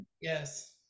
Yes